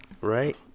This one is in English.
Right